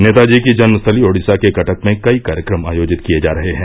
नेताजी की जन्मस्थली ओडिसा के कटक में कई कार्यक्रम आयोजित किये जा रहे हैं